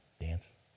dance